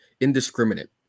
indiscriminate